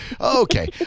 okay